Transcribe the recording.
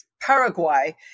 Paraguay